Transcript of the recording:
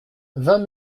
vingt